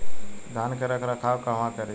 धान के रख रखाव कहवा करी?